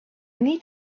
need